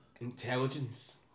Intelligence